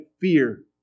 fear